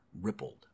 rippled